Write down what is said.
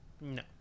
No